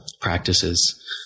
practices